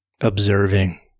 observing